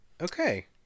Okay